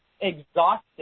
exhausted